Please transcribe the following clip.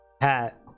hat